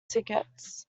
tickets